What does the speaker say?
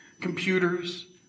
computers